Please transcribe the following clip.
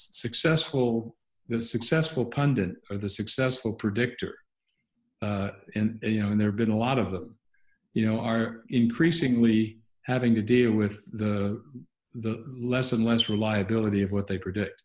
successful the successful kundan of the successful predictor and you know and there been a lot of the you know are increasingly having to deal with the the less and less reliability of what they predict